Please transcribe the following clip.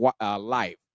life